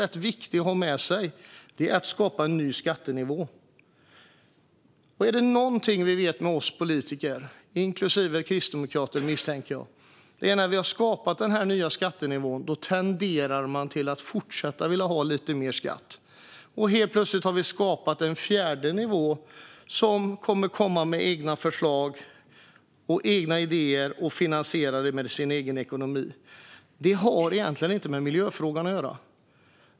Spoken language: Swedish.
Detta är en tonskillnad som det är rätt viktigt att ha med sig. Är det någonting vi vet när det gäller politiker - inklusive kristdemokrater, misstänker jag - är det att vi tenderar att fortsätta vilja ha lite mer skatt när vi redan har skapat den nya skattenivån. Helt plötsligt har vi då skapat en fjärde nivå, som kommer att komma med egna förslag och idéer och finansiera det med sin egen ekonomi. Det har egentligen inte med miljöfrågan att göra.